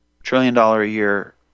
trillion-dollar-a-year